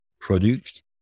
product